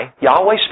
Yahweh